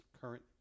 current